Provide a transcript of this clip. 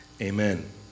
Amen